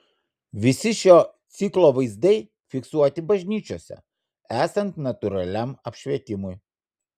visi šio ciklo vaizdai fiksuoti bažnyčiose esant natūraliam apšvietimui